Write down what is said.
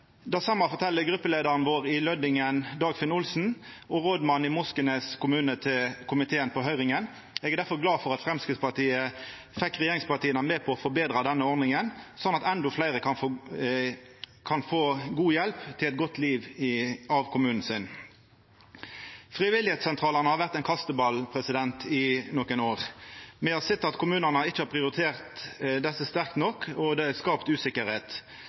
Det same fortel gruppeleiaren vår i Lødingen, Dagfinn Olsen, og rådmann i Moskenes kommune til komiteen i høyringa. Eg er difor glad for at Framstegspartiet fekk regjeringspartia med på å forbetra denne ordninga, slik at endå fleire kan få god hjelp til eit godt liv av kommunen sin. Frivilligsentralane har vore ein kasteball i nokre år. Me har sett at kommunane ikkje har priorert desse sterkt nok, og det er skapt usikkerheit.